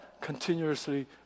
continuously